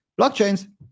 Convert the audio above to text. blockchains